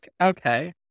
okay